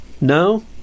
No